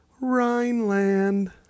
Rhineland